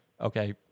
Okay